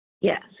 Yes